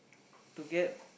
to get